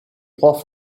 trois